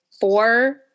four